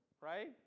right